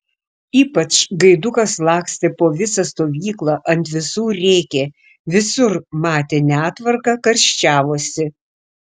ypač gaidukas lakstė po visą stovyklą ant visų rėkė visur matė netvarką karščiavosi